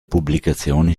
pubblicazioni